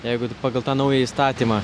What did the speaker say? jeigu taip pagal tą naują įstatymą